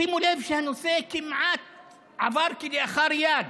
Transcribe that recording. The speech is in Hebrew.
שימו לב שהנושא כמעט עבר כלאחר יד,